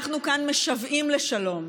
אנחנו כאן משוועים לשלום.